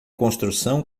construção